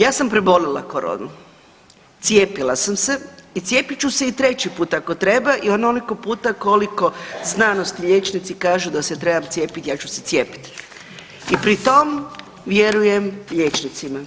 Ja sam prebolila koronu, cijepila sam se i cijepit ću se i treći put ako treba i onoliko puta koliko znanosti i liječnici kažu da se treba cijepiti, ja ću se cijepiti i pri tom vjerujem liječnicima